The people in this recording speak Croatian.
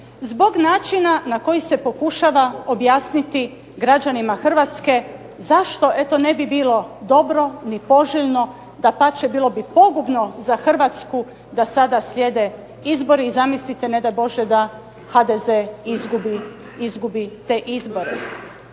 zbog načina na koji se pokušava objasniti građanima Hrvatske zašto eto ne bi bilo dobro ni poželjno, dapače bilo bi pogubno za Hrvatsku da sada slijede izbori i zamislite ne daj Bože da HDZ izgubi te izbore.